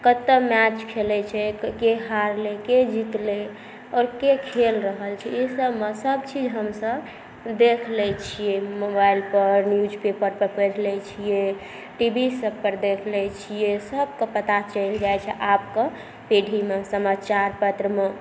कतऽ मैच खेलै छै के हारलै के जितलै आओर के खेल रहल छै ई सबमे सब चीज हमसब देख लै छिए मोबाइलपर न्यूज पेपरपर पढ़ि लै छिए टी वी सबपर देख लै छिए सबके पता चलि जाइ छै आबके पीढ़ीमे समाचारपत्रमे